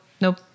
nope